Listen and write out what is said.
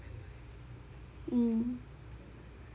mm